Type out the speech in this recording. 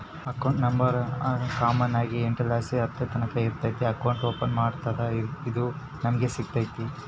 account number common ಆಗಿ ಎಂಟುರ್ಲಾಸಿ ಹತ್ತುರ್ತಕನ ಇರ್ತತೆ ಅಕೌಂಟ್ ಓಪನ್ ಮಾಡತ್ತಡ ಇದು ನಮಿಗೆ ಸಿಗ್ತತೆ